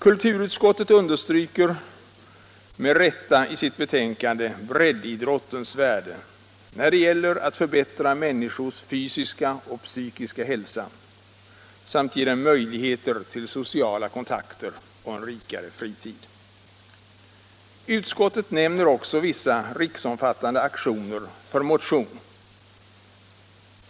Kulturutskottet understryker med rätta i sitt betänkande breddidrottens värde när det gäller att förbättra människors fysiska och psykiska hälsa samt ge dem möjligheter till sociala kontakter och rikare fritid. Utskottet nämner också vissa riksomfattande aktioner för motion.